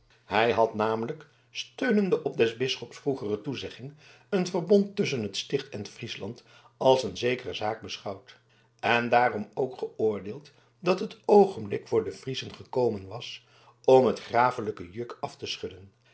hij had namelijk steunende op des bisschops vroegere toezegging een verbond tusschen het sticht en friesland als een zekere zaak beschouwd en daarom ook geoordeeld dat het oogenblik voor de friezen gekomen was om het grafelijke juk af te schudden